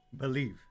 Believe